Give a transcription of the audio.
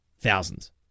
thousands